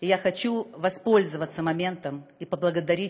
אני רוצה לנצל את ההזדמנות ולהודות לכם,